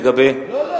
לא.